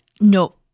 no